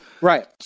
right